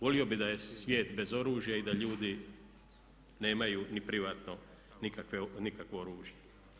Volio bi da je svijet bez oružja i da ljudi nemaju ni privatno nikakvo oružje.